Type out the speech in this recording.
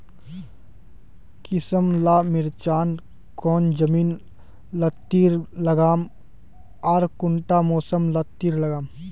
किसम ला मिर्चन कौन जमीन लात्तिर लगाम आर कुंटा मौसम लात्तिर लगाम?